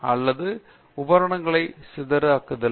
பேராசிரியர் டி ரெங்கநாதன் அல்லது உபகரணங்களை சிறிதாக்குதல்